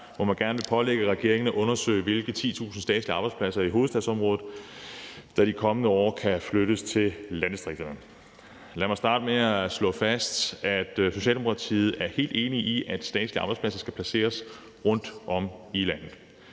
forslag gerne vil pålægge regeringen at undersøge, hvilke 10.000 statslige arbejdspladser i hovedstadsområdet der i de kommende år kan flyttes til landdistrikterne. Lad mig starte med at slå fast, at Socialdemokratiet er helt enig i, at statslige arbejdspladser skal placeres rundtom i landet.